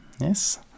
yes